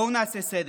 בואו נעשה סדר.